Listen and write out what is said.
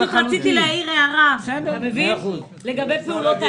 פשוט רציתי להעיר הערה לגבי פעולות האיבה.